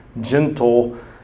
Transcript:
gentle